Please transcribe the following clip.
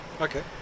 Okay